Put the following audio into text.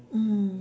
mm